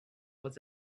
was